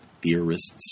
theorists